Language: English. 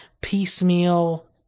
piecemeal